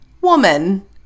woman